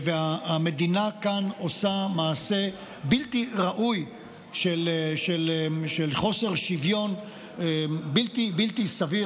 המדינה עושה כאן מעשה בלתי ראוי של חוסר שוויון בלתי סביר.